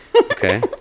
Okay